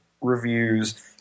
reviews